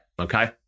okay